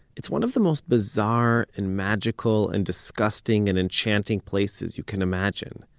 it's one of the most bizarre and magical and disgusting and enchanting places you can imagine.